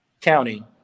county